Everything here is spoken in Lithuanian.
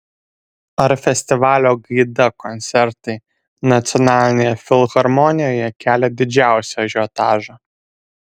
ar festivalio gaida koncertai nacionalinėje filharmonijoje kelia didžiausią ažiotažą